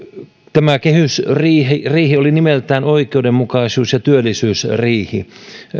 tämä kehysriihi oli nimeltään oikeudenmukaisuus ja työllisyysriihi